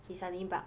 he suddenly bark